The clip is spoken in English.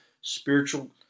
spiritual